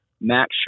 Max